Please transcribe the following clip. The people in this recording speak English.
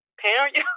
Parent